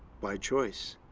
by choice?